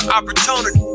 Opportunity